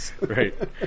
right